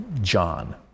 John